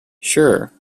sure